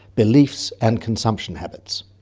beliefs and consumption habits.